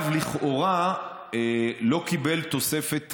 לכאורה מג"ב לא קיבל תוספת תקנים,